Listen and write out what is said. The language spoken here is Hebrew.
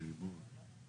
נכון.